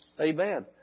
Amen